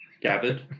gathered